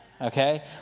Okay